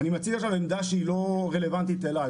אני מציג עכשיו עמדה שהיא לא רלוונטית אלי.